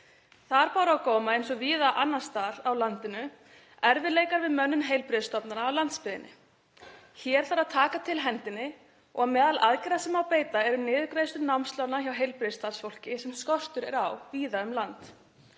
Þar bar á góma eins og víða annars staðar á landinu erfiðleikar við mönnun heilbrigðisstofnana á landsbyggðinni. Hér þarf að taka til hendinni og meðal aðgerða sem má beita eru niðurgreiðslur námslána hjá heilbrigðisstarfsfólki sem skortur er á víða um land.